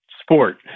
sport